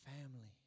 family